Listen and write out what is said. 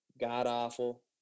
god-awful